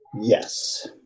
Yes